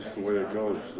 way it goes.